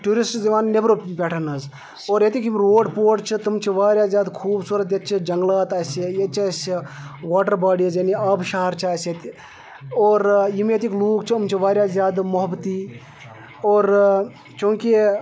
tourists یِوان نٮ۪برٕ پٮ۪ٹھ حظ اور ییٚتِکۍ یِم روڈ پوڈ چھِ تِم چھِ واریاہ زیادٕ خوٗبصوٗرت ییٚتہِ چھ جنٛگلات اسہِ ییٚتہِ چھِ اسہِ واٹَر باڑیٖز یعنی آبہٕ شار چھِ اَسہِ ییٚتہِ اور یِم ییٚتِکۍ لُکھ چھِ یِم چھِ واریاہ زیادٕ محبتی اور چوٗنٛکہ